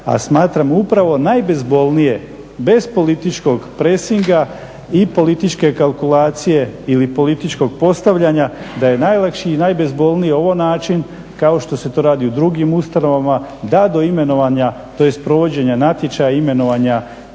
a smatram upravo najbezbolnije, bez političkog presinga i političke kalkulacije ili političkog postavljanja da je najlakši i najbezbolniji ovo način kao što se to radi u drugim ustanovama, da to imenovanja, tj. provođenja natječaja imenovanja